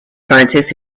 francis